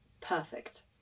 perfect